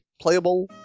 playable